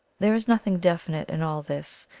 there is nothing definite in all this,